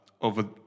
over